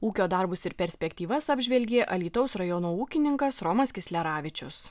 ūkio darbus ir perspektyvas apžvelgė alytaus rajono ūkininkas romas kisleravičius